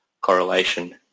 correlation